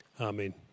amen